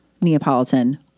Neapolitan